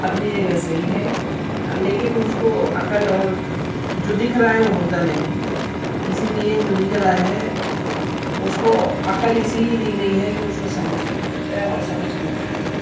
اپنی جگہ صحیح ہے لیکن اس کو عقل اور جو دکھ رہا ہے وہ ہوتا نہیں اسی لیے جو دکھ رہا ہے اس کو عقل اس لیے دی گئی ہے کہ اس کو سمجھ کے کرا جائے اور سمجھ کے بولا جائے